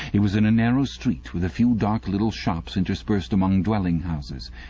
he was in a narrow street, with a few dark little shops, interspersed among dwelling-houses.